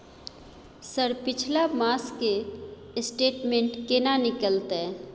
Sir पिछला मास के स्टेटमेंट केना निकलते?